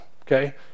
Okay